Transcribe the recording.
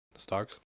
stocks